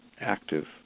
active